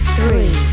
Three